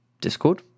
Discord